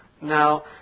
Now